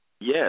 Yes